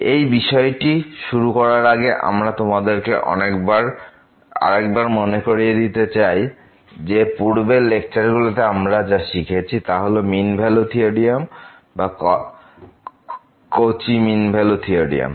এই বিষয়টি শুরু করার আগে আমি তোমাদেরকে আরেকবার মনে করিয়ে দিতে চাই পূর্বের লেকচারগুলো থেকে আমরা যা শিখেছি তা হল মিন ভ্যালু থিওরেম বা কচি মিন ভ্যালু থিওরেম